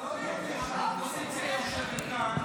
זה לא הגיוני שהאופוזיציה יושבת כאן,